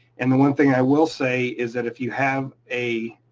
and the one thing i will say, is that if you have a